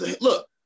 Look